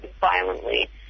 violently